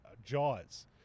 jaws